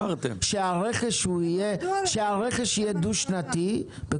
שהרכש יהיה דו שנתי,